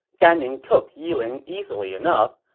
gan ning took yiling easily enough,